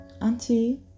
Auntie